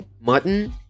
Mutton